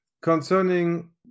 concerning